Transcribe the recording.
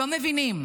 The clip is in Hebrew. לא מבינים.